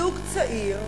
זוג צעיר,